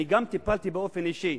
אני גם טיפלתי באופן אישי.